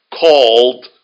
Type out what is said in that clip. called